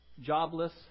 jobless